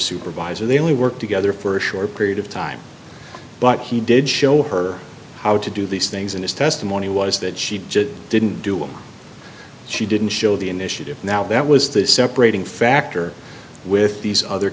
supervisor they only work together for a short period of time but he did show her how to do these things and his testimony was that she just didn't do it she didn't show the initiative now that was the separating factor with these other